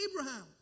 Abraham